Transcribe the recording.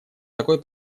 такой